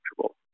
comfortable